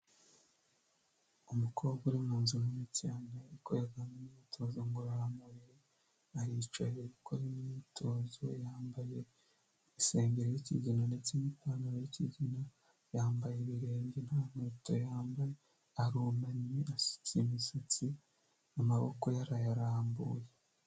Umukobwa uri mu nzu nini cyane yakoraga imimyitozo ngororamubiri, aricaye ari gukora imyitozo yambaye isengeri y'ikigina ndetse n'ipantaro y'ikigina, yambaye ibirenge nta nkweto yambaye, arunamye asutse imisatsi, amaboko ye arayarambuye.